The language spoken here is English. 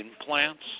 implants